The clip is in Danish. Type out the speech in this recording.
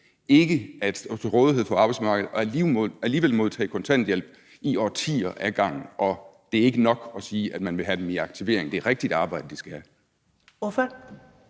ikke at stå til rådighed for arbejdsmarkedet og alligevel modtager kontanthjælp i årtier? Og det er ikke nok at sige, at man vil have dem i aktivering; det er et rigtigt arbejde, de skal have.